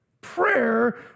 Prayer